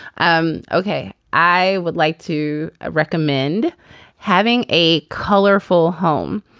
um ok. i would like to ah recommend having a colorful home.